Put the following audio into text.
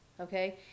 okay